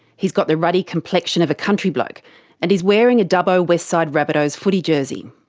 he's got the ruddy complexion of a country bloke and he's wearing a dubbo westside rabbitohs footy jersey.